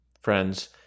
friends